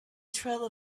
trail